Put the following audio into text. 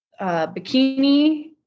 bikini